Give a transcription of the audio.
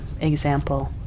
example